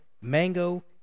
mango